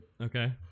Okay